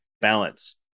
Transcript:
Balance